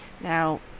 Now